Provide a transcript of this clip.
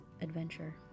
adventure